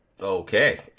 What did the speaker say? okay